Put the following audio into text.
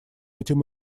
этим